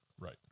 Right